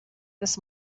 this